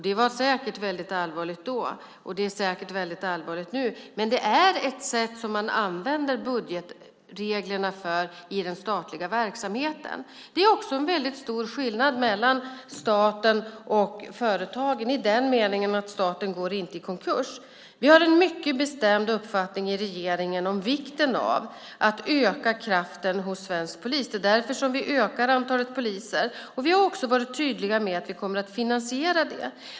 Det var säkert väldigt allvarligt då, och det är säkert väldigt allvarligt nu, men det är ett sätt som man använder budgetreglerna på i den statliga verksamheten. Det är också en väldigt stor skillnad mellan staten och företagen i den meningen att staten inte går i konkurs. Vi har en mycket bestämd uppfattning i regeringen om vikten av att öka kraften hos svensk polis. Det är därför som vi ökar antalet poliser, och vi har också varit tydliga med att vi kommer att finansiera det.